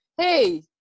Hey